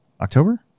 October